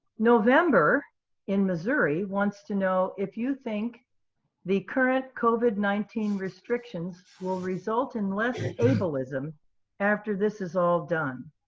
november in missouri wants to know if you think the current covid nineteen restrictions will result in less ableism after this is all done?